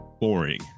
boring